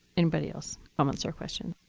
anybody else? comments or question.